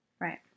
right